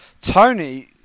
Tony